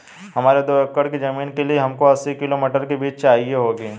हमारी दो एकड़ की जमीन के लिए हमको अस्सी किलो मटर के बीज चाहिए होंगे